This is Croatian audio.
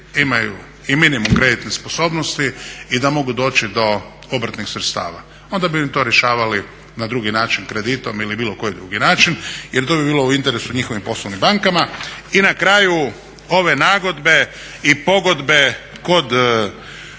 imaju i minimum kreditne sposobnosti i da mogu doći do obrtnih sredstava, onda bi to rješavali na drugi način kreditom ili bilo koji drugi način jer to bi bilo u interesu njihovim poslovnim bankama. I na kraju ove nagodbe i pogodbe kod